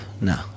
no